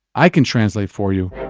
i can translate for you.